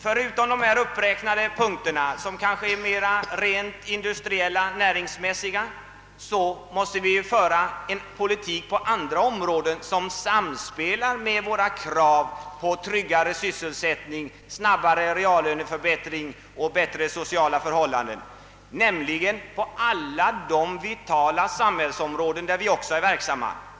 Förutom de här uppräknade punkterna, som kanske är mera rent industriella och näringsmässiga, måste vi föra en politik som samspelar med våra krav på tryggare sysselsättning, snabbare reallöneförbättring och bättre sociala förhållanden på alla de andra vitala samhällsområden där vi också är verksamma.